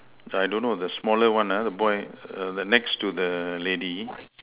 I don't know the smaller one ah the boy err the next to the lady